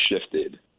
shifted